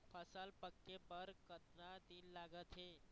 फसल पक्के बर कतना दिन लागत हे?